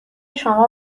شما